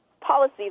policy